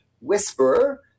Whisperer